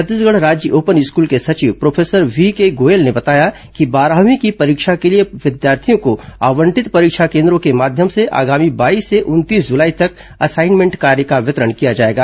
छत्तीसगढ़ राज्य open school के सचिव प्रोफेसर व्हीके गोयल ने बताया कि बारहवीं की परीक्षा के लिए परीक्षार्थियों को आवंटित परीक्षा केन्द्रों के माध्यम से आगामी बाईस से उनतीस जुलाई तक असाइनमेंट कार्य का वितरण किया जाएगा